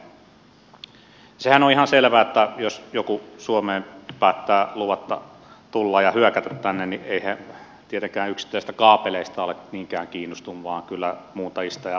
sehän on ihan selvää että jos joku suomeen päättää luvatta tulla ja hyökätä tänne niin eihän se tietenkään yksittäisistä kaapeleista ole niinkään kiinnostunut vaan kyllä muuntajista ja vastaavista